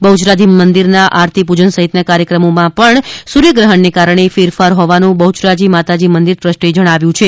બહ્યરાજી મંદિરના આરતી પૂજન સહિતના કાર્યક્રમોમાં પણ સૂર્યગ્રહણના કારણે ફેરફાર હોવાનું બહ્યરાજી માતાજી મંદિર ટ્રસ્ટે જણાવ્યું છે